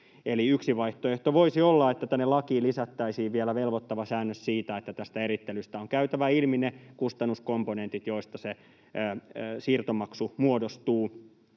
Yksi vaihtoehto voisi olla, että lakiin lisättäisiin vielä velvoittava säännös siitä, että tästä erittelystä on käytävä ilmi ne kustannuskomponentit, joista siirtomaksu muodostuu,